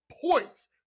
points